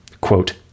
Quote